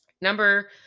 Number